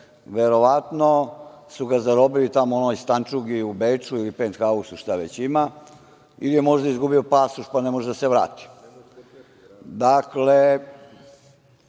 Verovatno su ga zarobili tamo u onoj stančugi u Beču, ili penthausu, šta već ima, ili je možda izgubio pasoš, pa ne može da se vrati. Dakle,